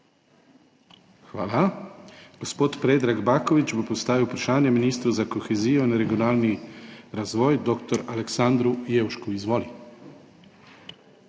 Hvala. Gospod Predrag Baković bo postavil vprašanje ministru za kohezijo in regionalni razvoj dr. Aleksandru Jevšku. Izvoli.